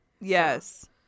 yes